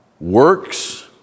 works